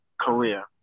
career